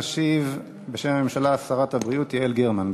תשיב בשם הממשלה שרת הבריאות יעל גרמן.